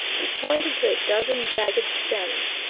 he pointed to a dozen jagged stems.